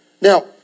Now